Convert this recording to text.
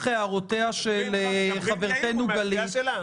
דברי עם יאיר, הוא מהסיעה שלך.